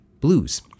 blues